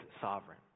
sovereign